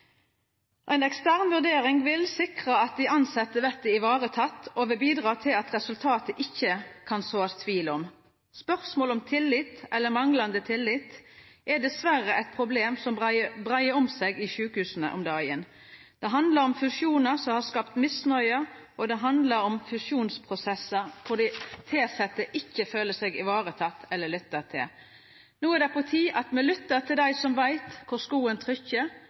ekstern vurdering vil sikra at dei tilsette vert varetekne, og vil bidra til at det ikkje kan verta sådd tvil om resultatet. Spørsmålet om tillit eller manglande tillit er dessverre eit problem som breier seg i sjukehusa om dagen. Det handlar om fusjonar som har skapt misnøye, og det handlar om fusjonsprosessar kor dei tilsette ikkje føler seg varetekne eller lytta til. No er det på tide at me lyttar til dei som veit kor skoen trykkjer,